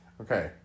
Okay